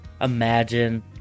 imagine